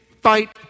fight